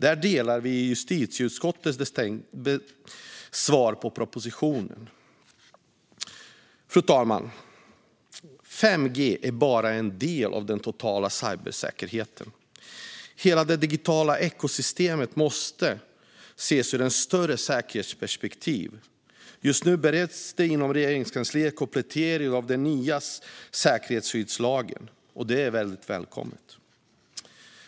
Där delar vi justitieutskottets svar på propositionen. Fru talman! 5G är bara en del av den totala cybersäkerheten. Hela det digitala ekosystemet måste ses ur ett större säkerhetsperspektiv. Just nu bereds inom Regeringskansliet komplettering av den nya säkerhetsskyddslagen. Det är välkommet.